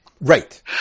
Right